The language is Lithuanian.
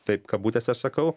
taip kabutėse sakau